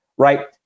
right